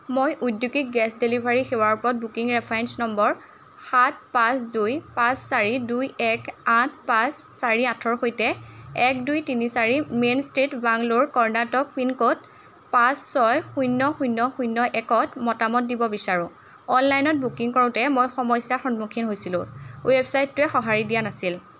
মই ঔদ্যোগিক gas delivery সেৱাৰ ওপৰত বুকিং ৰেফাৰেঞ্চ নম্বৰ সাত পাঁচ দুই পাঁচ চাৰি দুই এক আঠ পাঁচ চাৰি আঠৰ সৈতে এক দুই তিনি চাৰি main street Bangalore Karnataka pincode পাঁচ ছয় শূন্য শূন্য শূন্য একত মতামত দিব বিচাৰোঁ অনলাইনত বুকিং কৰোঁতে মই সমস্যাৰ সন্মুখীন হৈছিলোঁ ৱেবছাইটটোৱে সঁহাৰি দিয়া নাছিল